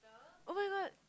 oh-my-god